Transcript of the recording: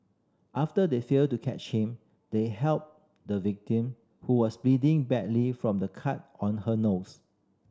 after they failed to catch him they helped the victim who was bleeding badly from a cut on her nose